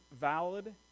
valid